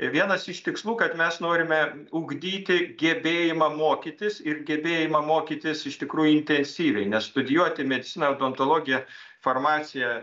vienas iš tikslų kad mes norime ugdyti gebėjimą mokytis ir gebėjimą mokytis iš tikrųjų intensyviai nes studijuoti mediciną odontologiją farmaciją